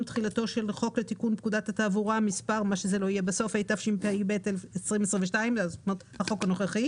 תחילתו של חוק לתיקון פקודת התעבורה (מס') התשפ"ב-2022 החוק הנוכחי